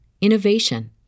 innovation